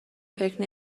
فکر